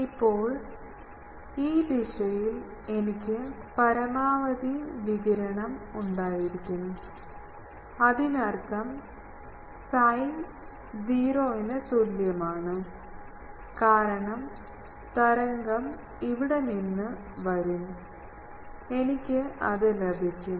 ഇപ്പോൾ ഈ ദിശയിൽ എനിക്ക് പരമാവധി വികിരണം ഉണ്ടായിരിക്കണം അതിനർത്ഥം psi 0 ന് തുല്യമാണ് കാരണം തരംഗം ഇവിടെ നിന്ന് വരും എനിക്ക് അത് ലഭിക്കും